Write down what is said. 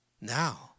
now